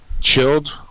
chilled